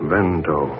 Vento